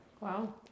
Wow